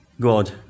God